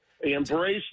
embrace